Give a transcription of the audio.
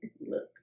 look